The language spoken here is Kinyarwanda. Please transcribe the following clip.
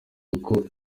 kuko